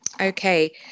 okay